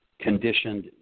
conditioned